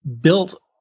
built